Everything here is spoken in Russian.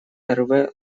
эрве